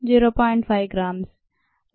5 గ్రాములు